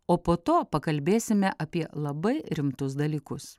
o po to pakalbėsime apie labai rimtus dalykus